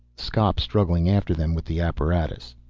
skop struggling after them with the apparatus.